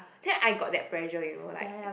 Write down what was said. then I got that pressure you know like